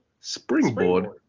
springboard